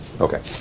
Okay